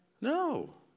No